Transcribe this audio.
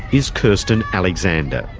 is kirsten alexander.